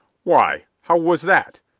why, how was that?